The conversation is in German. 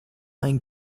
ein